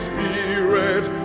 Spirit